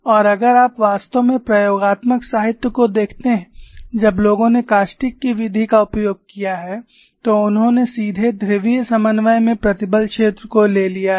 और अगर आप वास्तव में प्रयोगात्मक साहित्य को देखते हैं जब लोगों ने कास्टिक की विधि का उपयोग किया है तो उन्होंने सीधे ध्रुवीय समन्वय में प्रतिबल क्षेत्र को ले लिया है